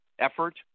effort